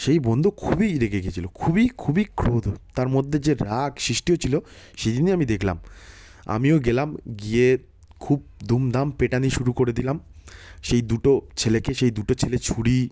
সেই বন্ধু খুবই রেগে গেছিলো খুবই খুবই ক্রোধ তার মধ্যে যে রাগ সৃষ্টি হয়েছিলো সেই দিনই আমি দেখলাম আমিও গেলাম গিয়ে খুব দুম দাম পেটানি শুরু করে দিলাম সেই দুটো ছেলেকে সেই দুটো ছেলে ছুরি